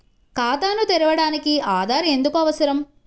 ఖాతాను తెరవడానికి ఆధార్ ఎందుకు అవసరం?